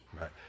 right